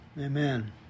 Amen